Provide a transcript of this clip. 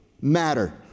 matter